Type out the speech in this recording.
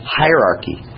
hierarchy